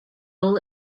all